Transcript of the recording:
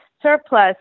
surplus